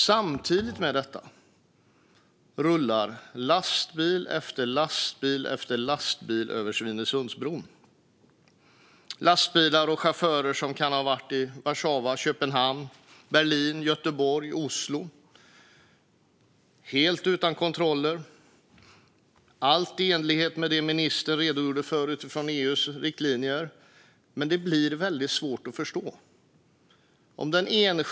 Samtidigt med detta rullar lastbil efter lastbil efter lastbil över Svinesundsbro - det är lastbilar och chaufförer som kan ha varit i Warszawa, Köpenhamn, Berlin, Göteborg eller Oslo - helt utan kontroller och allt i enlighet med det ministern redogjorde för utifrån EU:s riktlinjer. Det blir väldigt svårt att förstå.